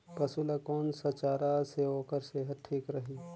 पशु ला कोन स चारा से ओकर सेहत ठीक रही?